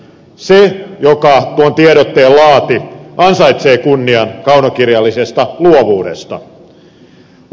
se joka tuon tiedotteen laati ansaitsee kunnian kaunokirjallisesta luovuudesta